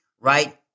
right